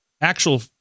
actual